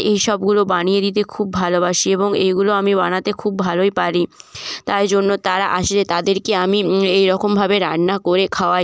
এইসবগুলো বানিয়ে দিতে খুব ভালোবাসি এবং এইগুলো আমি বানাতে খুব ভালোই পারি তাই জন্য তারা আসলে তাদেরকে আমি এই রকমভাবে রান্না করে খাওয়াই